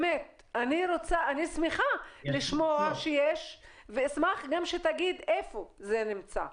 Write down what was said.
אני שמחה לשמוע שיש ואשמח גם שתגיד איפה זה נמצא,